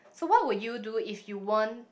so what would you do if you won